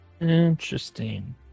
Interesting